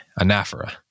anaphora